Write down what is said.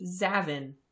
Zavin